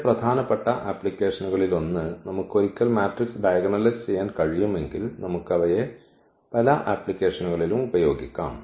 വളരെ പ്രധാനപ്പെട്ട ആപ്ലിക്കേഷനുകളിലൊന്ന് നമുക്ക് ഒരിക്കൽ മാട്രിക്സ് ഡയഗണലൈസ് ചെയ്യാൻ കഴിയുമെങ്കിൽ നമുക്ക് അവയെ പല ആപ്ലിക്കേഷനുകളിലും ഉപയോഗിക്കാം